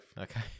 Okay